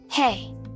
Hey